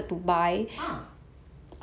ah